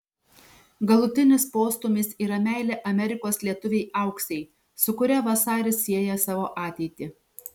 galutinis postūmis yra meilė amerikos lietuvei auksei su kuria vasaris sieja savo ateitį